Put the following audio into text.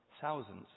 thousands